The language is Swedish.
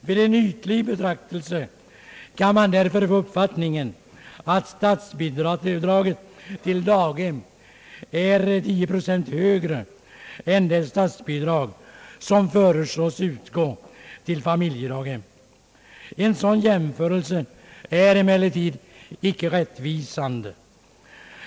Vid ett ytligt betraktande kan man därför få uppfattningen att statsbidraget till daghem är 10 procent högre än det statsbidrag som föreslås utgå till familjedaghem. En sådan jämförelse är emellertid icke rättvisande.